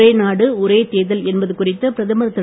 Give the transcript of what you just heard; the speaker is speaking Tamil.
ஒரே நாடு ஒரே தேர்தல் என்பது குறித்து பிரதமர் திரு